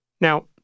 Now